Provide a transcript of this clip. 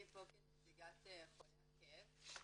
אני פה כנציגת חולי הכאב.